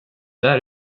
där